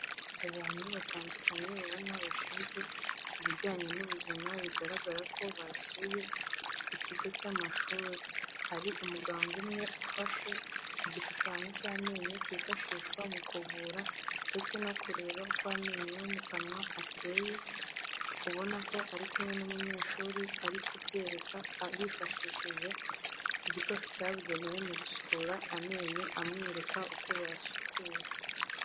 Abantu batandukanye babona bashinzwe ibijyanye n'ubuzima bigaragara ko basuye ikigo cy'amashuri. Hari umuganga umwe ufashe igishushanyo cy'amenyo cyifashishwa mu kuvura ndetse no kureba uko amenyo yo mu kanwa ateye, ubona ko ari kumwe n'umunyeshuri ari kubyereka yifashishije igikoresho cyabugenewe mu gusukura amenyo amwereka uko bayasukura.